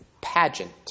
pageant